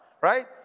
right